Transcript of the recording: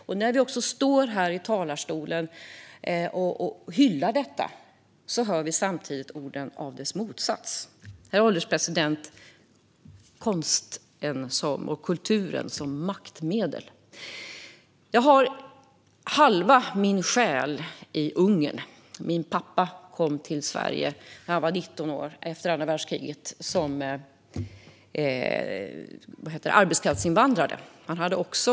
Men när vi står i talarstolen och hyllar detta hör vi samtidigt det som är dess motsats, nämligen talet om konsten och kulturen som maktmedel. Herr ålderspresident! Jag har halva min själ i Ungern. Min pappa kom till Sverige efter andra världskriget som arbetskraftsinvandrare när han var 19 år.